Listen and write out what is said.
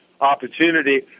opportunity